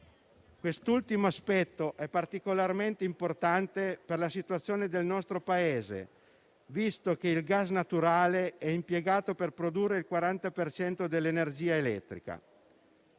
Quest'ultimo aspetto è particolarmente importante per la situazione del nostro Paese, visto che il gas naturale è impiegato per produrre il 40 per cento dell'energia elettrica.